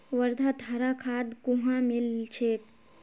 वर्धात हरा खाद कुहाँ मिल छेक